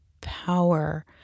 power